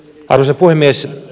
arvoisa puhemies